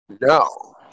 No